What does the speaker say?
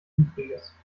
übriges